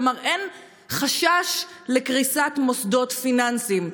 כלומר אין חשש לקריסת מוסדות פיננסיים.